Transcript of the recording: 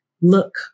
look